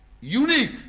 unique